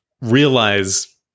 realize